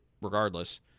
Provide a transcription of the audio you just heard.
regardless